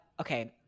okay